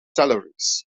salaries